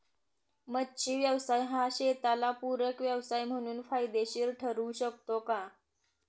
मच्छी व्यवसाय हा शेताला पूरक व्यवसाय म्हणून फायदेशीर ठरु शकतो का?